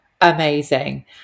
amazing